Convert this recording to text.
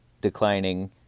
declining